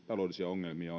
taloudellisia ongelmia